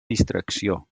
distracció